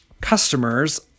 customers